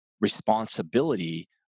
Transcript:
responsibility